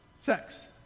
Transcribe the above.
sex